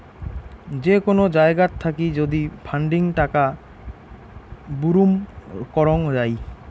যে কোন জায়গাত থাকি যদি ফান্ডিং টাকা বুরুম করং যাই